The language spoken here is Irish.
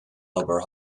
obair